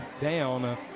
down